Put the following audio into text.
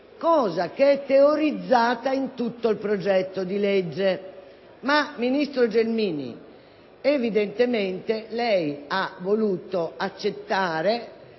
cosa che e teorizzata in tutto il disegno di legge. Ma, ministro Gelmini, evidentemente lei ha voluto accettare